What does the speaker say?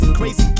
crazy